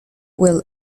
will